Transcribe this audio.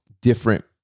different